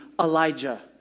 Elijah